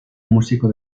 músico